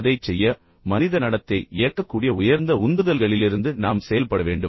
அதைச் செய்ய மனித நடத்தையை இயக்கக்கூடிய உயர்ந்த உந்துதல்களிலிருந்து நாம் செயல்பட வேண்டும்